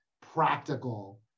practical